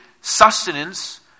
sustenance